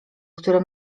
które